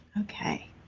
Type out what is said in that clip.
Okay